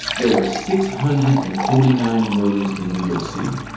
there were six hundred and forty nine murders in new york city.